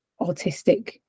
autistic